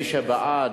מי שבעד,